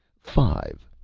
five.